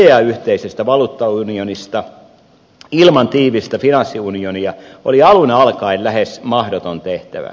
idea yhteisestä valuuttaunionista ilman tiivistä finanssiunionia oli alun alkaen lähes mahdoton tehtävä